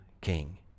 king